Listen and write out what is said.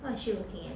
what is she working as